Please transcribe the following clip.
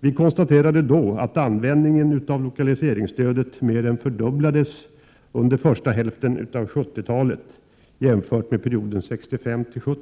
Vi konstaterade då att användningen av lokaliseringsstödet mer än fördubblades under första hälften av 1970-talet jämfört med perioden 1965-1970.